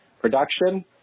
production